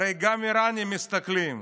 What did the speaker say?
הרי גם האיראנים מסתכלים.